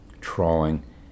trawling